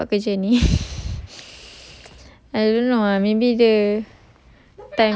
macam mana dia dapat kerja ini I don't know ah maybe dia